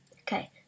Okay